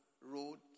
road